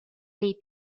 dei